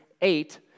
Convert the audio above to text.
eight